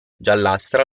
giallastra